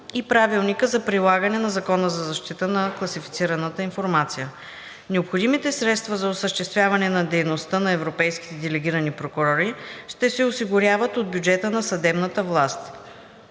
и Правилника за прилагане на Закона за защита на класифицираната информация. Необходимите средства за осъществяване на дейността на европейските делегирани прокурори ще се осигуряват от бюджета на съдебната власт.